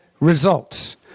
results